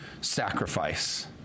sacrifice